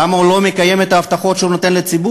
למה הוא לא מקיים את ההבטחות שהוא נותן לציבור?